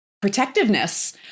protectiveness